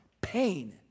Pain